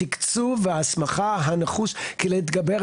התקצוב וההסמכה הנחוש כדי להתגבר.